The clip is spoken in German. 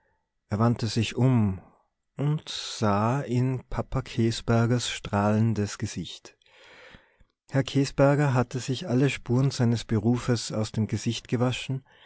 er wandte sich um und sah in papa käsbergers strahlendes gesicht herr käsberger hatte sich alle spuren seines berufes aus dem gesicht gewaschen